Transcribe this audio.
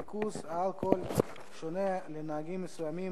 (ריכוז אלכוהול שונה לנהגים מסוימים